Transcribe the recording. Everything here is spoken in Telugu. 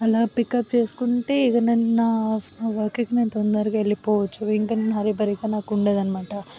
అలా పికప్ చేసుకుంటే ఇక నా నా వర్క్కి నేను తొందరగా వెళ్ళిపోవచ్చు ఇంకా నేను హరి బరీగా నాకు ఉండదన్నమాట